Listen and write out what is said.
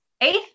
Eighth